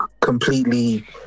completely